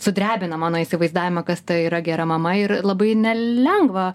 sudrebina mano įsivaizdavimą kas ta yra gera mama ir labai nelengva